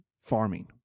farming